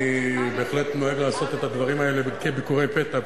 אני בהחלט נוהג לעשות את הדברים כאלה כביקורי פתע,